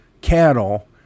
cattle